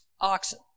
oxen